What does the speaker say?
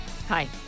Hi